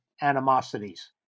animosities